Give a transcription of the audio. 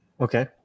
okay